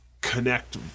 connect